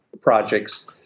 projects